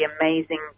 amazing